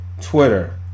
Twitter